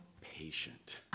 patient